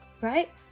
right